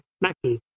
Mackie